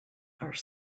are